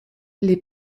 les